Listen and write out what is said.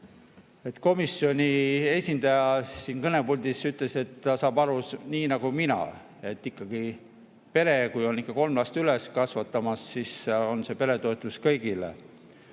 Komisjoni esindaja siin kõnepuldis ütles, et ta saab aru nii nagu mina, et kui ikkagi pere on kolme last üles kasvatamas, siis on see peretoetus kõigile.